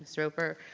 so roper.